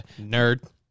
Nerd